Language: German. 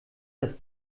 dass